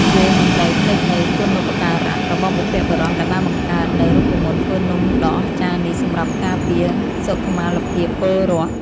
យើងមិនត្រូវភ្លេចនូវគុណូបការៈរបស់បុព្វបុរសដែលបានបង្កើតនូវរូបមន្តធ្វើនំដ៏អស្ចារ្យនេះសម្រាប់ការពារសុខមាលភាពពលរដ្ឋ។